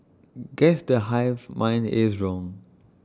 guess the hive mind is wrong